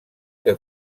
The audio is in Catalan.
que